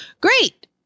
great